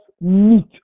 meet